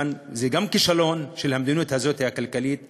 זה גם כישלון של המדיניות הכלכלית הזאת,